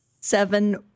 seven